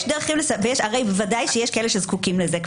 יש ודאי כאלה שזקוקים לזה.